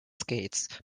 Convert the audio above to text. skates